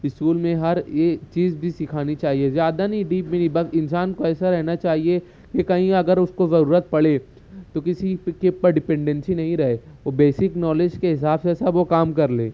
school میں ہر یہ چیز بھی سکھانی چاہیے زیادہ نہیں ڈیپ بھی نہیں بس انسان کو ایسا رہنا چاہیے کہ کہیں اگر اس کو ضرورت پڑے تو کسی کے اوپر ڈپینڈینسی نہیں رہے وہ بیسک نالج کے حساب سے سب وہ کام کر لے